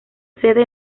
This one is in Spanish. sede